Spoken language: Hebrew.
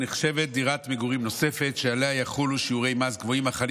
היא נחשבת דירת מגורים נוספת שעליה יחולו שיעורי מס גבוהים החלים